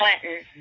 Clinton